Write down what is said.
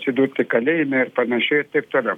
atsidurti kalėjime ir panašiai ir taip toliau